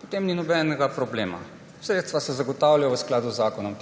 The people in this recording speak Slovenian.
potem ni nobenega problema, sredstva se zagotavljajo v skladu z zakonom.